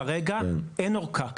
כרגע אין אורכה.